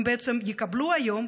הם בעצם יקבלו היום,